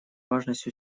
важность